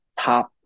top